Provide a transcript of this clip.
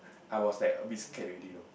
I was like a bit scared already you know